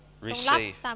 receive